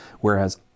Whereas